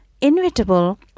inevitable